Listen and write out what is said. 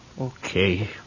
Okay